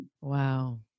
Wow